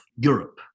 Europe